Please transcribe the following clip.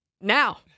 Now